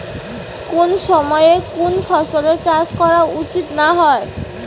কুন সময়ে কুন ফসলের চাষ করা উচিৎ না হয়?